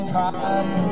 time